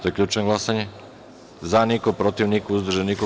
Zaključujem glasanje: za – niko, protiv – niko, uzdržanih – nema.